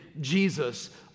Jesus